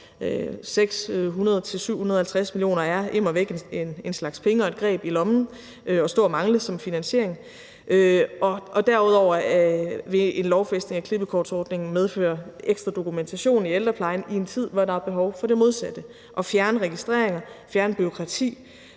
600-750 mio. kr. er immer væk en slags penge at stå og mangle som finansiering. Derudover vil en lovfæstelse af klippekortsordningen medføre ekstra dokumentation i ældreplejen i en tid, hvor der er behov for det modsatte: at fjerne registreringer, fjerne bureaukrati,